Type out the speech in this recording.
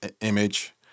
image